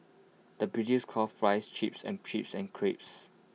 the British calls Fries Chips and chips and crisps